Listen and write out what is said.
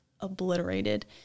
obliterated